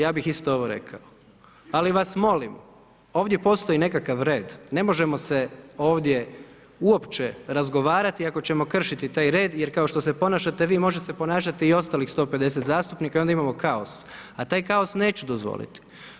Ja bi isto ovo rekao, ali vas molim ovdje postoji nekakav red, ne možemo se ovdje uopće razgovarati, ako ćemo kršiti taj red, jer kao što se ponašate vi, može se ponašati i ostalih 150 zastupnika i onda imamo kaos a taj kaos neću dozvoliti.